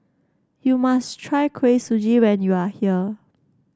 you must try Kuih Suji when you are here